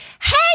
hey